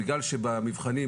בגלל שבמבחנים,